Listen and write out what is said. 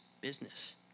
business